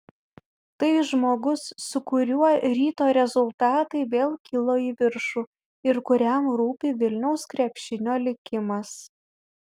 tai žmogus su kuriuo ryto rezultatai vėl kilo į viršų ir kuriam rūpi vilniaus krepšinio likimas